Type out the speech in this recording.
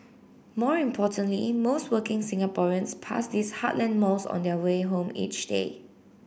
more importantly most working Singaporeans pass these heartland malls on their way home each day